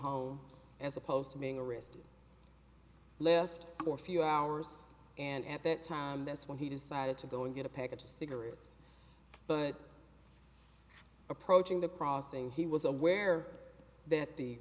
home as opposed to being a wrist left for a few hours and at that time that's when he decided to go and get a pack of cigarettes but approaching the crossing he was aware that the